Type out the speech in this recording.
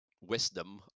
wisdom